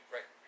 Right